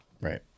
Right